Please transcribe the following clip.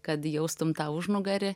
kad jaustum tą užnugarį